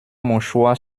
mouchoir